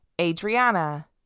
Adriana